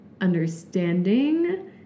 understanding